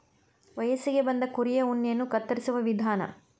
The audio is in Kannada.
ವಯಸ್ಸಿಗೆ ಬಂದ ಕುರಿಯ ಉಣ್ಣೆಯನ್ನ ಕತ್ತರಿಸುವ ವಿಧಾನ